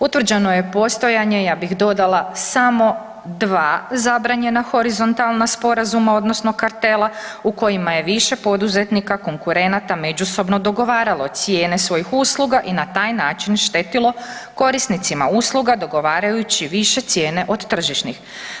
Utvrđeno je postojanje ja bih dodala samo 2 zabranjena horizontalna sporazuma odnosno kartela u kojima je više poduzetnika konkurenata međusobno dogovaralo cijene svojih usluga i na taj način štetilo korisnicima usluga dogovarajući više cijene od tržišnih.